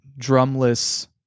drumless